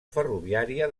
ferroviària